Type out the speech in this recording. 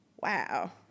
Wow